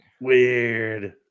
Weird